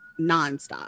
nonstop